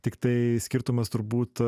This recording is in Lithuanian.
tiktai skirtumas turbūt